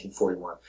1941